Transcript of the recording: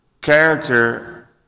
character